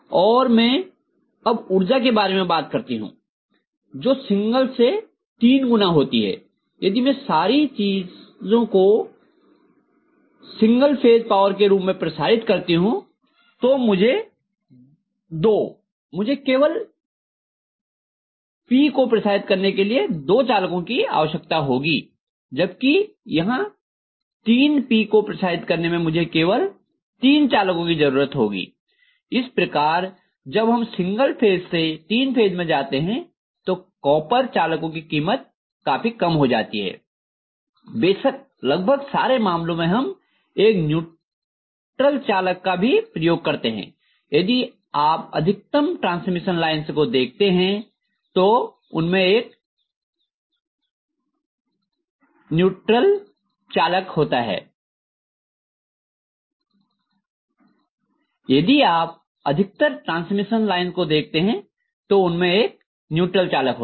और मैं अब ऊर्जा के बारे में बात करती हूँ जो सिंगल से तीन गुना होती है यदि मैं सारी चीज को सिंगल फेज पावर के रूप में प्रसारित करती हूँ तो मुझे दो मुझे केवल P को प्रसारित करने के लिये दो चालकों की आवश्यकता होगी जबकि यहाँ 3 P को प्रसारित करने में मुझे केवल 3 चालकों की जरुरत होती है इस प्रकार जब हम सिंगल फेज से तीन फेज मैं जाते हैं तो कॉपर चालकों की कीमत काफी कम हो जाती है बेशक लगभग सारे मामलों में हम एक न्यूट्रल चालक का भी प्रयोग करते हैं यदि आप अधिकतर ट्रांसमिशन लाइन्स को देखते हैं तो उनमें एक न्यूट्रल चालक होता है